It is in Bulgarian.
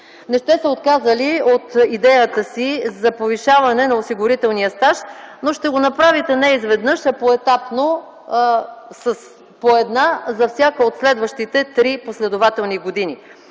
Не сте се отказали от идеята си за повишаване на осигурителния стаж, но ще го направите не изведнъж, а поетапно с по една за всяка от следващите три последователни години.